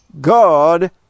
God